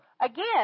Again